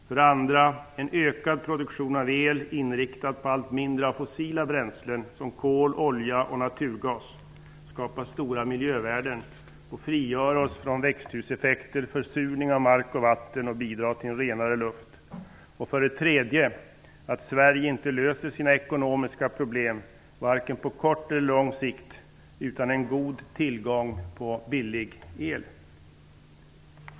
För det andra skapar en ökad produktion av el inriktad på allt mindre av fossila bränslen som kol, olja och naturgas stora miljövärden och frigör oss från växthuseffekter, försurning av mark och vatten samt bidrar till en renare luft. För det tredje löser inte Sverige sina ekonomiska problem på vare sig kort eller lång sikt utan en god tillgång på billig el.